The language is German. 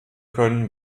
können